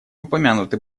упомянуты